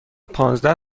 پانزده